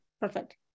Perfect